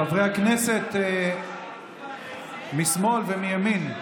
חברי הכנסת משמאל ומימין,